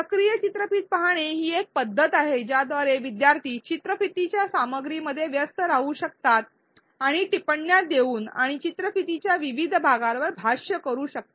सक्रिय चित्रफित पाहणे ही एक पद्धत आहे ज्याद्वारे विद्यार्थी चित्रफितीच्या सामग्रीमध्ये व्यस्त राहू शकतात आणि टिप्पण्या देऊन आणि चित्रफितीच्या विविध भागावर भाष्य करू शकतात